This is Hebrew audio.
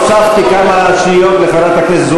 נשים וטף,